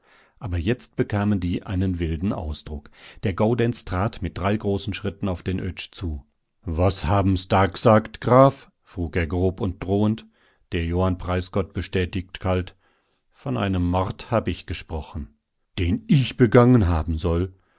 aber jetzt bekamen die einen wilden ausdruck der gaudenz trat mit drei großen schritten auf den oetsch zu was haben's da gesagt graf frug er grob und drohend der johann preisgott bestätigt kalt von einem mord hab ich gesprochen den ich begangen haben soll